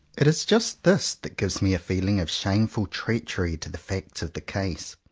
it is just this that gives me a feeling of shameful treachery to the facts of the case,